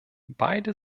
beide